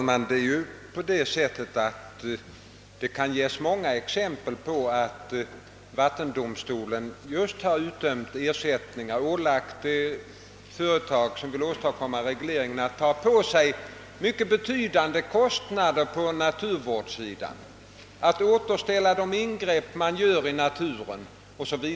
Herr talman! Det kan ges många exempel på att vattendomstolen har utdömt ersättningar och ålagt företag som vill göra reglering att ta på sig mycket betydande kostnader på naturvårdssidan för att återställa naturen efter de ingrepp som göres o. s. v.